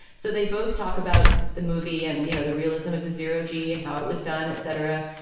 so they both talk about the movie and you know the realism of the zero g and how it was done et cetera.